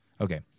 Okay